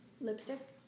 lipstick